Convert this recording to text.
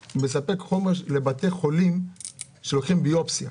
הוא מספק חומר לבתי חולים כאשר לוקחים ביופסיה.